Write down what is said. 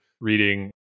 reading